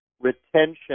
retention